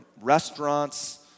restaurants